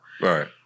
Right